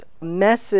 message